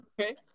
okay